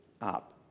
up